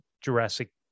Jurassic